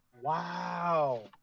Wow